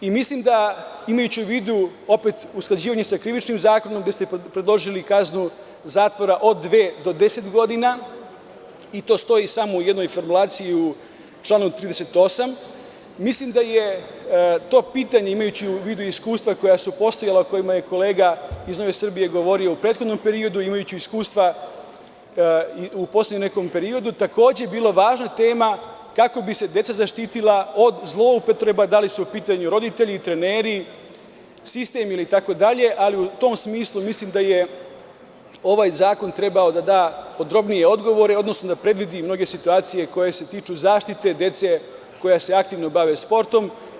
Imajući u vidu usklađivanje sa Krivičnim zakonom, gde ste predložili kaznu zatvora od dve do deset godina, to stoji samo u jednoj formulaciju u članu 38, mislim da je to pitanje, imajući u vidu iskustva koja su postojala, o kojima je kolega iz Nove Srbije govorio u prethodnom periodu, imajući iskustva i u poslednjem nekom periodu, takođe bila je važna tema kako bi se deca zaštitila od zloupotreba da li su u pitanju roditelji, treneri, sistem itd, ali u tom smislu, mislim da je ovaj zakon trebao da da podrobnije odgovore, odnosno da predvidi mnoge situacije koje se tiču zaštite dece koja se aktivno bave sportom.